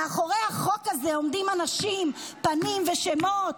מאחורי החוק הזה עומדים אנשים, פנים ושמות.